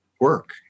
work